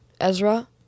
Ezra